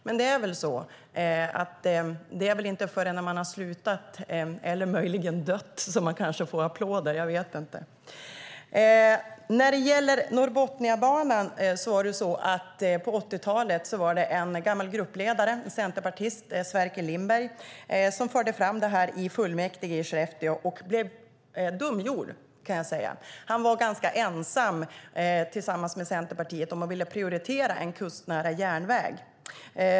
Men det är kanske så att det inte är förrän man har slutat eller möjligen dött som man får applåder. När det gäller Norrbotniabanan var det en centerpartistisk gruppledare, Sverker Lindberg, som på 80-talet förde fram det här i fullmäktige i Skellefteå. Han blev dumförklarad, kan jag säga. Han var tillsammans med Centerpartiet ganska ensam om att vilja prioritera en kustnära järnväg.